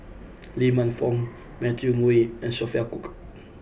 Lee Man Fong Matthew Ngui and Sophia Cooke